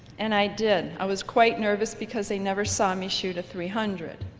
and i did. i was quite nervous because they never saw me shoot a three hundred.